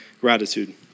gratitude